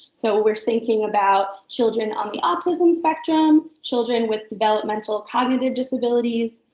so we're thinking about children on the autism spectrum, children with developmental cognitive disabilities,